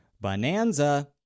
Bonanza